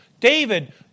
David